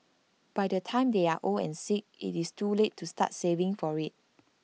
by the time they are old and sick IT is too late to start saving for IT